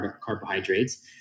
carbohydrates